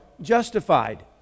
justified